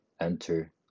enter